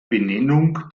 benennung